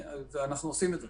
ואנחנו עושים את זה.